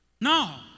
No